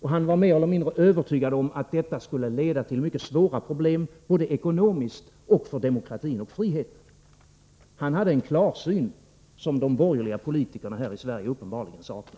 Han var mer eller mindre övertygad om att detta skulle leda till mycket svåra problem, både ekonomiskt och för demokratin och friheten. Han hade en klarsyn som de borgerliga politikerna här i Sverige uppenbarligen saknar.